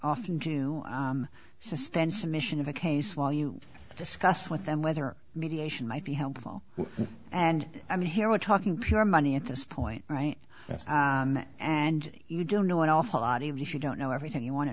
often do suspend submission of a case while you discuss with them whether mediation might be helpful and i mean here we're talking pure money at this point right and you don't know an awful lot if you don't know everything you want